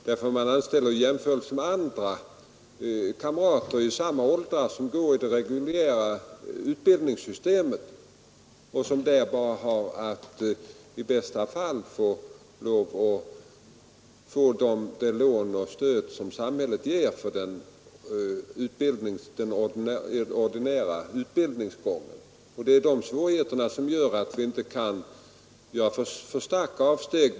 De jämför med kamrater i samma årsklass, som deltar i det reguljära utbildningssystemet och som där får nöja sig med de lån och det stöd som samhället ger för den ordinära utbildningsgången. Detta medför att vi inte kan göra för stora avsteg.